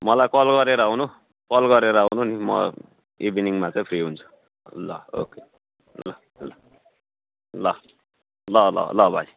मलाई कल गरेर आउनु कल गरेर आउनु नि म इभिनिङमा चाहिँ फ्री हुन्छु ल ओके ल ल ल ल ल ल ल भाइ